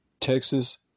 Texas